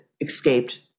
escaped